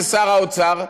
זה שר האוצר?